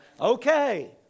okay